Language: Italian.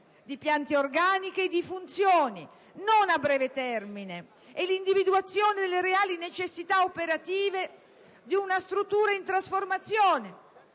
di piante organiche e di funzioni, non a breve termine; individuazione delle reali necessità operative di una struttura in trasformazione